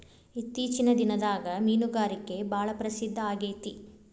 ಇತ್ತೇಚಿನ ದಿನದಾಗ ಮೇನುಗಾರಿಕೆ ಭಾಳ ಪ್ರಸಿದ್ದ ಆಗೇತಿ